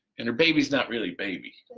and her baby's not really baby,